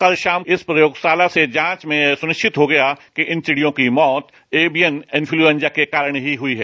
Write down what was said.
कल शाम इस प्रयोगशाला से जांच में यह सुनिश्चित हो गया कि इन चिड़ियों की मौत एवियन इनफ्लुएंजा के कारण ही हुई है